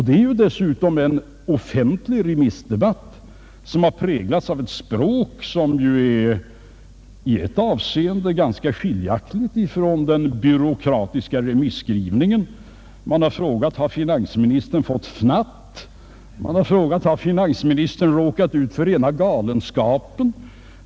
Det är dessutom nu en offentlig remissdebatt, som präglats av ett språk som i ett avseende är ganska skiljaktigt från den byråkratiska remisskrivningen. Man har frågat: Har finansministern fått fnatt? Man har frågat om finansministern råkat ut för rena galenskapen.